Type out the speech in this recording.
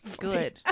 Good